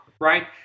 right